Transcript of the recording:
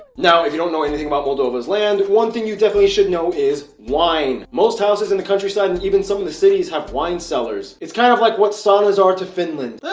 now if you don't know anything about moldova's land. one thing you definitely should know is wine. most houses in the countryside and even some of the cities have wine cellars. it's kind of like what saunas are to finland.